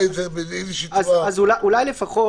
אז אולי לפחות,